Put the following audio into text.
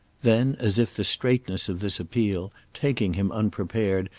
then as if the straightness of this appeal, taking him unprepared,